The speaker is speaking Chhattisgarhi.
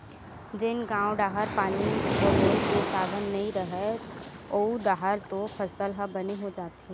जेन गाँव डाहर पानी पलोए के साधन नइय रहय ओऊ डाहर तो फसल ह बने हो जाथे